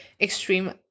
extreme